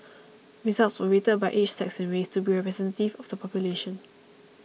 results were weighted by age sex and race to be representative of the population